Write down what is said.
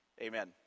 Amen